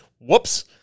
Whoops